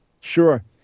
Sure